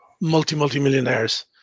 multi-multi-millionaires